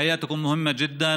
חייכם חשובים מאוד.